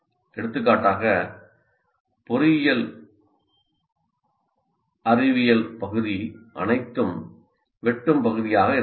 எடுத்துக்காட்டாக பொறியியல் அறிவியல் பகுதி அனைத்தும் வெட்டும் பகுதியாக இருக்கலாம்